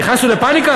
נכנסנו לפניקה?